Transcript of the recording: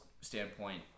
standpoint